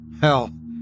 hell